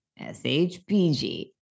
SHBG